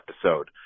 episode